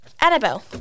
Annabelle